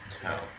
tell